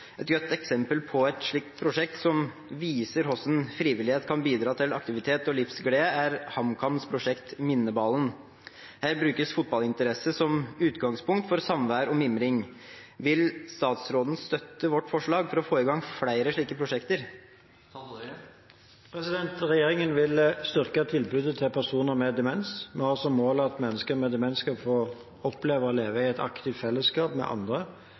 Et godt eksempel på et slikt prosjekt, som viser hvordan frivillighet kan bidra til aktivitet og livsglede, er HamKams prosjekt Minneballen. Her brukes fotballinteresse som utgangspunkt for samvær og mimring. Vil statsråden støtte vårt forslag for å få i gang flere slike prosjekter?» Regjeringen vil styrke tilbudet til personer med demens. Vi har som mål at mennesker med demens skal få oppleve å leve i et aktivt fellesskap med andre,